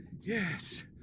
Yes